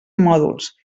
mòduls